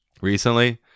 recently